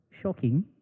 shocking